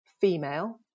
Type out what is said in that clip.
female